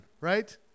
right